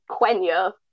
Quenya